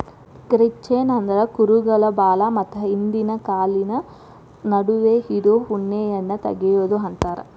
crutching ಅಂದ್ರ ಕುರುಗಳ ಬಾಲ ಮತ್ತ ಹಿಂದಿನ ಕಾಲಿನ ನಡುವೆ ಇರೋ ಉಣ್ಣೆಯನ್ನ ತಗಿಯೋದು ಅಂತಾರ